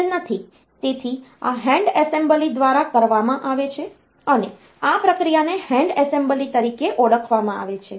તેથી આ hand assembly દ્વારા કરવામાં આવે છે અને આ પ્રક્રિયાને હેન્ડ એસેમ્બલી તરીકે ઓળખવામાં આવે છે